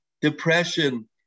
depression